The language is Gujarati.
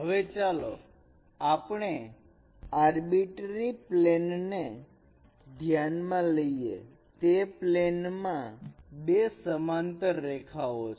હવે ચાલો આપણે આરબીટરી પ્લેન ને ધ્યાન માં લઈએ તે પ્લેન માં બે સમાંતર રેખાઓ છે